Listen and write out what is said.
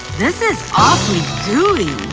this is awfully gooey, ooh,